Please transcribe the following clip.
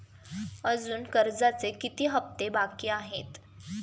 अजुन कर्जाचे किती हप्ते बाकी आहेत?